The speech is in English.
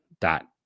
Dot